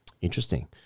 Interesting